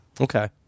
Okay